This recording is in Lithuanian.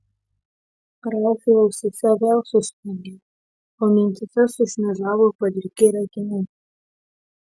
ralfui ausyse vėl suspengė o mintyse sušmėžavo padriki reginiai